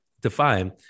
define